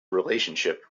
relationship